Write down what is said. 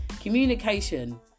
communication